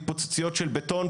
התפוצצויות של בטון.